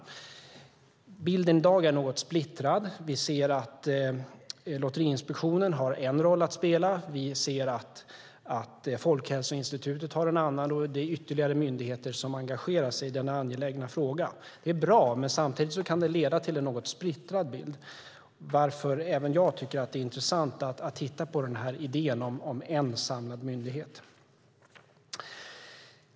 Bilden i dag är något splittrad. Lotteriinspektionen har en roll, och Folkhälsoinstitutet har en annan. Det är ytterligare myndigheter som engagerar sig i denna angelägna fråga. Det är bra, men det kan samtidigt leda till en något splittrad bild. Därför tycker även jag att det är intressant att titta på idén med en ensammyndighet.